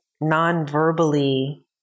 non-verbally